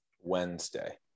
Wednesday